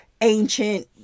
ancient